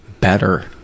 better